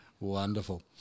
Wonderful